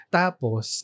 tapos